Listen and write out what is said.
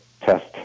test